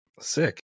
Sick